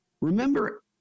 Remember